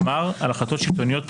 כלומר, על החלטות שלטוניות פרטניות,